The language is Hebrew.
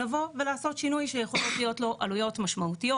לבוא ולעשות שינוי שיכולות להיות לו עלויות משמעותיות.